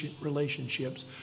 relationships